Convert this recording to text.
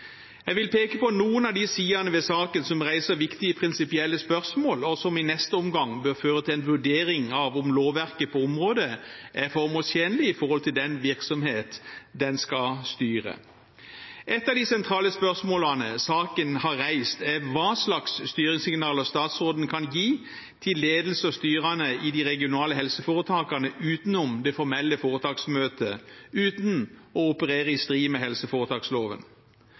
Jeg vil peke på noen av de sidene ved saken som reiser viktige prinsipielle spørsmål, og som i neste omgang bør føre til en vurdering av om lovverket på området er formålstjenlig med tanke på den virksomhet den skal styre. Et av de sentrale spørsmålene saken har reist, er hva slags styringssignaler statsråden kan gi til ledelsen og styrene i de regionale helseforetakene utenom det formelle foretaksmøtet, uten å operere i strid med helseforetaksloven.